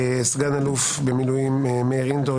נמצא אתנו סגן אלוף מאיר אינדור,